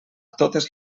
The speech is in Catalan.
totes